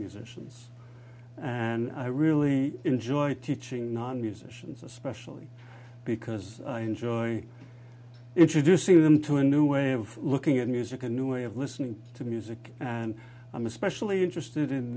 musicians and i really enjoy teaching non musicians especially because i enjoy introducing them to a new way of looking at music a new way of listening to music and i'm especially interested in